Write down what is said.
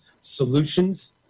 Solutions